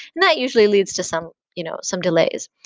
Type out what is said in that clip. and that usually leads to some you know some delays.